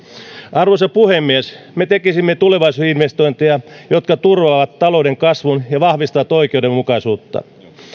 arvoisa puhemies me tekisimme tulevaisuusinvestointeja jotka turvaavat talouden kasvun ja vahvistavat oikeudenmukaisuutta